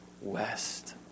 west